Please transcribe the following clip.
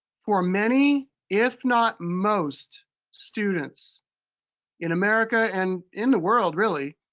for many, if not most students in america and in the world, really,